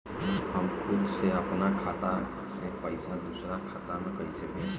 हम खुद से अपना खाता से पइसा दूसरा खाता में कइसे भेज सकी ले?